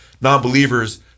non-believers